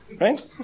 Right